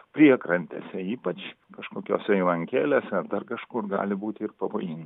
priekrantėse ypač kažkokiose įlankėlėse ar dar kažkur gali būti ir pavojin